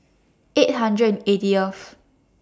eight hundred and eightieth